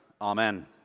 Amen